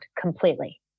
completely